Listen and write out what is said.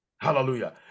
Hallelujah